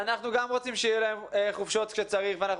גם אנחנו רוצים שיהיו להם חופשות כשצריך ואנחנו